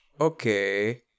Okay